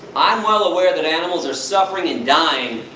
i am well aware that animals are suffering and dying,